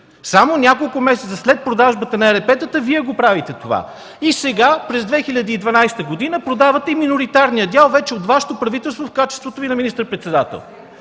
Само няколко месеца след продажбата на ЕРП-тата, Вие правите това. И сега, през 2012 г., продавате и миноритарния дял вече от Вашето правителство в качеството Ви на министър-председател.